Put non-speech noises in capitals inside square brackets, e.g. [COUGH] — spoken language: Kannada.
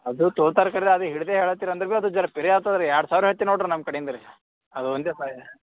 ಅದು ತೋತಾರ್ ಕಡೆದು ಅದು ಹಿಡಿದೇ ಹೇಳ್ತೀರಿ ಅಂದ್ರೂ ಭೀ ಅದು ಜರಾ ಪಿರಿ ಆಗ್ತದ್ ರೀ ಎರಡು ಸಾವಿರ ಹೇಳ್ತೀವಿ ನೋಡಿರಿ ನಮ್ಮ ಕಡೆಯಿಂದ ರೀ ಅದು ಒಂದೇ [UNINTELLIGIBLE]